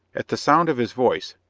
at the sound of his voice,